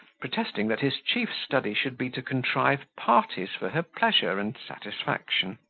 protesting that his chief study should be to contrive parties for her pleasure and satisfaction.